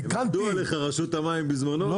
תיקנתי --- רק עבדו עליך רשות המים בזמנו ואתה נפלת בפח.